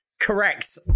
Correct